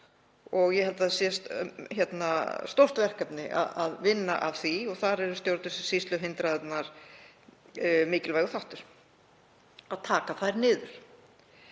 Ég held að það sé stórt verkefni að vinna að því og þar eru stjórnsýsluhindranir mikilvægur þáttur, að taka þær niður.